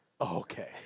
okay